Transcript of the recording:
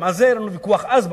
גם על זה היה לנו אז ויכוח באוצר,